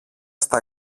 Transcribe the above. στα